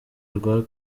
rwa